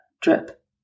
drip